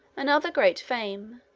another great fame,